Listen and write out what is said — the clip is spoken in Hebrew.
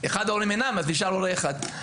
אחד ההורים אינם אז נשאר הורה אחד.